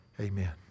amen